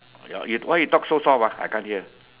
ya why you talk so soft ah I can't hear